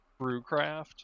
brewcraft